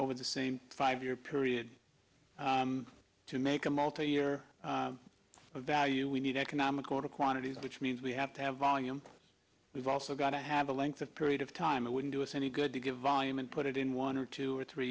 over the same five year period to make a multi year value we need economic order quantity which means we have to have volume we've also got to have a length of period of time that wouldn't do us any good to give volume and put it in one or two or three